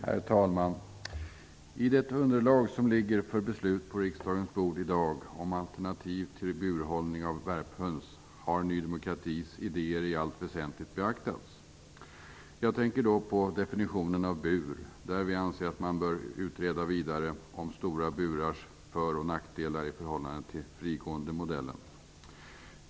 Herr talman! I det underlag som ligger för beslut på riksdagens bord i dag om alternativ till burhållning av värphöns har Ny demokratis idéer i allt väsentligt beaktats. Jag tänker då på definitionen av bur. Vi anser att man vidare bör utreda stora burars föroch nackdelar i förhållande till modellen med frigående höns.